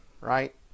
right